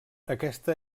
aquesta